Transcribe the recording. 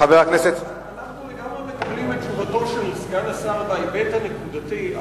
אנחנו לגמרי מקבלים את תשובתו של סגן השר בהיבט הנקודתי,